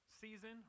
season